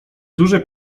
duże